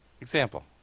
Example